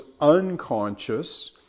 unconscious